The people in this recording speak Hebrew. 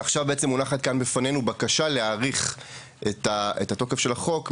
עכשיו מונחת כאן בפנינו בקשה להאריך את התוקף של החוק,